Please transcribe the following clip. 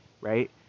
right